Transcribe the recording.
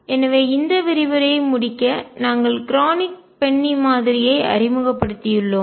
எனவே இந்த விரிவுரையை முடிக்க நாங்கள் க்ரோனிக் பென்னி மாதிரியை அறிமுகப்படுத்தியுள்ளோம்